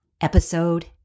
Episode